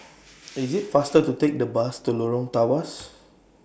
IT IS faster to Take The Bus to Lorong Tawas